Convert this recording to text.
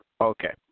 Okay